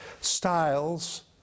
styles